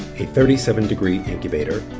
a thirty seven degree incubator,